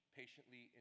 patiently